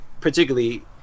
particularly